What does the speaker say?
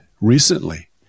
recently